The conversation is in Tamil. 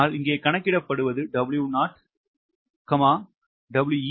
ஆனால் இங்கே கணக்கிடப்பட்டது 𝑊0 𝑊𝑒𝑊0 மற்றும் 𝑊0 ஆகும்